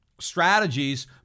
strategies